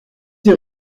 des